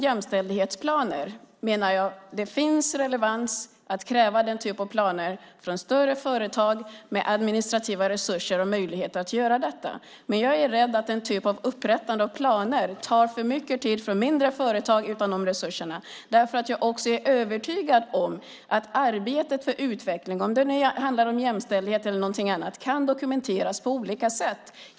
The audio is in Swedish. Jag menar att det finns relevans att kräva just formen jämställdhetsplaner från större företag med administrativa resurser och möjligheter att göra detta. Men jag är rädd att den typen av upprättande av planer tar för mycket tid från mindre företag utan de resurserna. Jag är också övertygad om att arbetet för utveckling - jämställdhet eller något annat - kan dokumenteras på olika sätt.